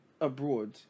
abroad